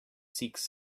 seeks